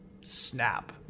snap